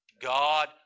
God